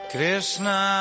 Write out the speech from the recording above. Krishna